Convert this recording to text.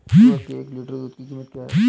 सुअर के एक लीटर दूध की कीमत क्या है?